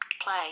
Play